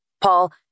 Paul